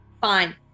Fine